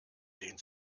den